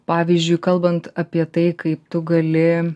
pavyzdžiui kalbant apie tai kaip tu gali